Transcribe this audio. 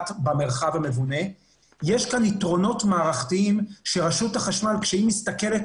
במרחב המבונה יש יתרונות מערכתיים שכשרשות החשמל מסתכלת